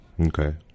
Okay